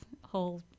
whole